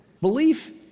Belief